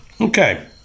Okay